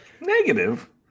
Negative